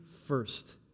first